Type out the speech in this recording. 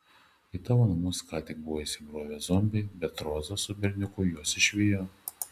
į tavo namus ką tik buvo įsibrovę zombiai bet roza su berniuku juos išvijo